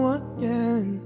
again